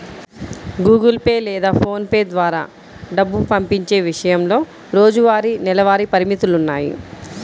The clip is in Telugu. గుగుల్ పే లేదా పోన్ పే ద్వారా డబ్బు పంపించే విషయంలో రోజువారీ, నెలవారీ పరిమితులున్నాయి